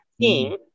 team